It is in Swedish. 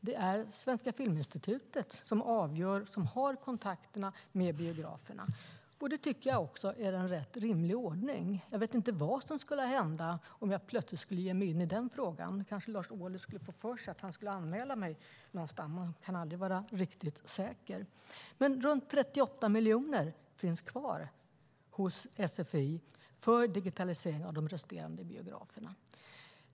Det är Svenska Filminstitutet som avgör och har kontakterna med biograferna, och det är en rimlig ordning. Jag vet inte vad som skulle hända om jag plötsligt gav mig in i den frågan. Då kanske Lars Ohly skulle få för sig att anmäla mig någonstans; man kan aldrig vara riktigt säker. Det finns runt 38 miljoner kvar hos SFI för digitalisering av de resterande biograferna.